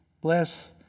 Bless